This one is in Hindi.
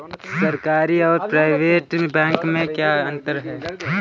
सरकारी और प्राइवेट बैंक में क्या अंतर है?